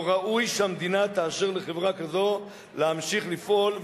לא ראוי שהמדינה תאשר לחברה כזו להמשיך לפעול,